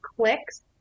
clicks